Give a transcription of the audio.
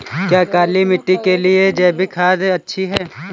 क्या काली मिट्टी के लिए जैविक खाद अच्छी है?